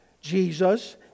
Jesus